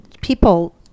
people